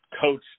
coach